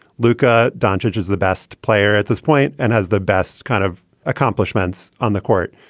luca doncha is the best player at this point and has the best kind of accomplishments on the court.